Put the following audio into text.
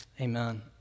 amen